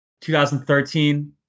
2013